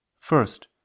First